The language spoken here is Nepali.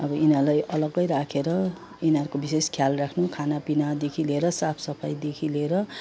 अब यिनीहरूलाई अलग्गै राखेर यिनीहरूको विशेष ख्याल राख्नु खाना पिनादेखि लिएर साफ सफाइदेखि लिएर